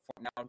now